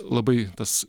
labai tas